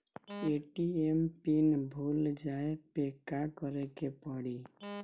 ATM PIN भूल जाए पे का करे के पड़ी?